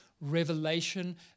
revelation